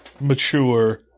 mature